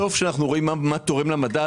כשאנחנו רואים מה תורם למדד,